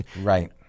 right